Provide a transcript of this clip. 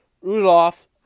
Rudolph